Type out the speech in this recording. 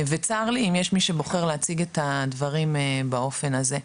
וצר לי אם יש מי שבוחר להציג את הדברים באופן הזה.